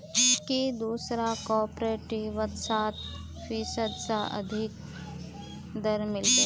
की दूसरा कॉपरेटिवत सात फीसद स अधिक दर मिल बे